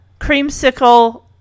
creamsicle